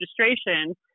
registration